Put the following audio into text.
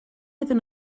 iddyn